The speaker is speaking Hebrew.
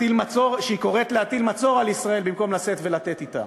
שהיא קוראת להטיל מצור על ישראל במקום לשאת ולתת אתה.